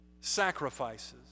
sacrifices